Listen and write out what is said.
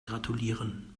gratulieren